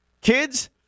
kids